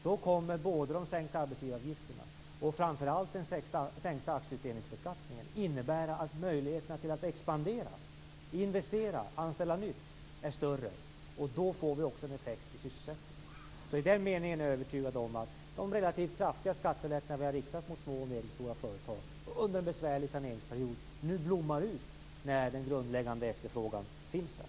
Då kommer både de sänkta arbetsgivaravgifterna och - framför allt - den sänkta aktieutdelningsbeskattningen att innebära att möjligheterna till att expandera, investera och anställa nytt blir större. Då får vi också en effekt i sysselsättningen. I den meningen är jag övertygad om att de relativt kraftiga skattelättnader vi har riktat mot små och medelstora företag under en besvärlig saneringsperiod nu blommar ut när den grundläggande efterfrågan finns där.